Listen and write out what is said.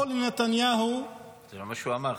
או לנתניהו -- זה לא מה שהוא אמר,